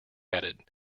added